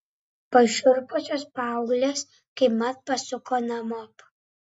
pašiurpusios paauglės kaipmat pasuko namop